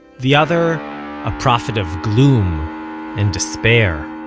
the other ah prophet of gloom and despair